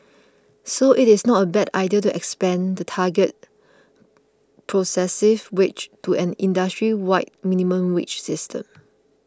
so it is not a bad idea to expand the targeted progressive wage to an industry wide minimum wage system